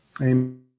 Amen